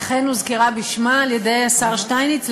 אכן הוזכרה בשמה על-ידי השר שטייניץ,